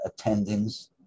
attendings